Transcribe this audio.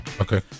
Okay